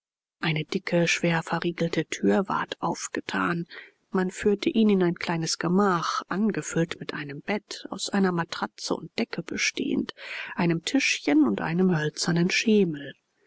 eine dicke schwer verriegelte tür ward aufgetan man führte ihn in ein kleines gemach angefüllt mit einem bett aus einer matratze und decke bestehend einem tischchen und einem hölzernen schemel